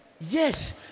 Yes